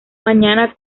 mañana